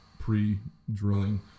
pre-drilling